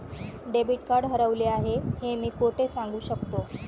Debit card हरवले आहे हे मी कोठे सांगू शकतो?